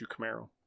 camaro